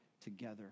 together